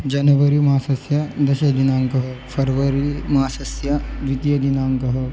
जनवरीमासस्य दशदिनाङ्कः फ़र्वरीमासस्य द्वितीयदिनाङ्कः